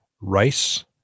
Rice